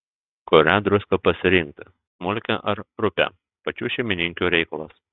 kurią druską pasirinkti smulkią ar rupią pačių šeimininkių reikalas